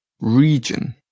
Region